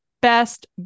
best